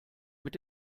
mit